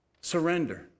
Surrender